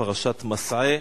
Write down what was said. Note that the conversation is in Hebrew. פרשת מסעי,